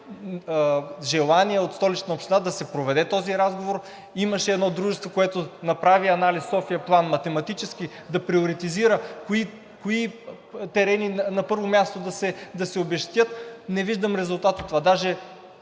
желание от Столична община да се проведе този разговор. Имаше едно дружество „Софияплан“, което направи математически анализ да приоритизира кои терени на първо място да се обезщетят. Не виждам резултата от това.